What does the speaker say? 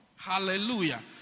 Hallelujah